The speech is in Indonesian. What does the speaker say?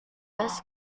jas